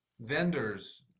vendors